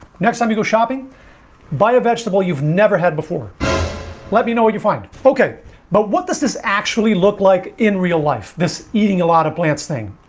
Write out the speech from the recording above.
next time you go shopping buy a vegetable you've never had before let me know what you find okay but what does this actually look like in real life this eating a lot of plants thing?